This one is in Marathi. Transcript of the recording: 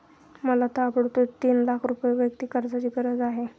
मला ताबडतोब तीन लाख रुपये वैयक्तिक कर्जाची गरज आहे